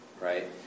right